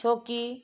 छो की